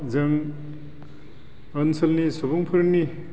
जों ओनसोलनि सुबुंफोरनि